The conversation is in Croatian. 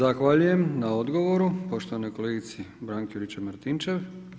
Zahvaljujem na odgovoru poštovanoj kolegici Branki Juričev-Martinčev.